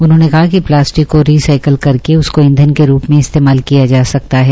उन्होंने कहा कि प्लास्टिक को रीसाईकल करके उसको इंघन के रूप में इस्तेमाल किया जा सकता है